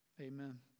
amen